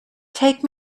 take